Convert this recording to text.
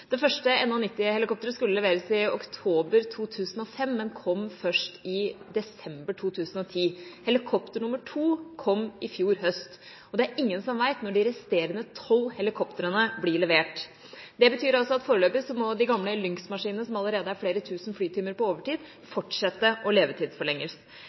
Det første NH90-helikoptret skulle leveres i oktober 2005, men kom først i desember 2010. Helikopter nr. 2 kom i fjor høst, og det er ingen som vet når de resterende tolv helikoptrene blir levert. Det betyr altså at foreløpig må de gamle Lynx-maskinene, som allerede er flere tusen flytimer på overtid,